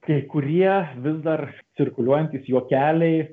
kai kurie vis dar cirkuliuojantys juokeliai